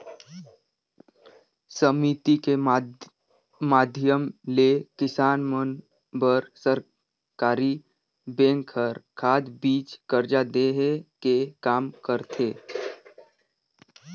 समिति के माधियम ले किसान मन बर सरकरी बेंक हर खाद, बीज, करजा देहे के काम करथे